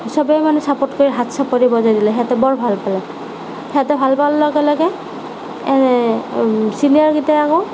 চবেই মানে ছাপৰ্ট কৰি হাত চাপৰি বজাই দিলে সিহঁতে বৰ ভাল পালে সিহঁতে ভালপোৱাৰ লগে লগে ছিনিয়ৰকেইটা আকৌ